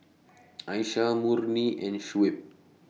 Aisyah Murni and Shuib